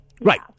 Right